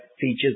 features